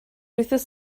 wythnos